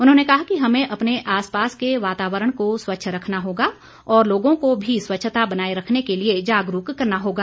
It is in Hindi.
उन्होंने कहा कि हमें अपने आस पास के वातावरण को स्वच्छ रखना होगा और लोगों को भी स्वच्छता बनाए रखने के लिए जागरूक करना होगा